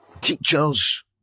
teachers